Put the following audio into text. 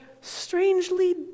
strangely